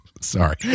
Sorry